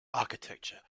architecture